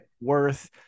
worth